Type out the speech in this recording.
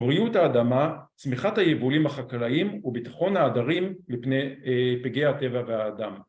‫בריאות האדמה, צמיחת היבולים ‫החקלאיים, וביטחון ההדרים ‫מפני פגעי הטבע והאדם.